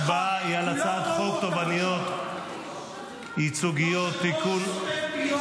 ההצבעה היא על הצעת חוק תובעניות ייצוגיות -- יושב-ראש סותם פיות.